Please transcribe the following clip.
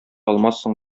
алмассың